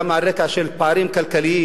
גם על רקע של פערים כלכליים,